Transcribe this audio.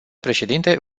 președinte